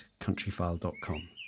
countryfile.com